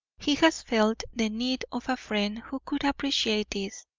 he has felt the need of a friend who could appreciate this,